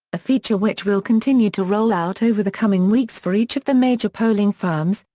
a feature which we'll continue to roll out over the coming weeks for each of the major polling firms,